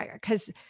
because-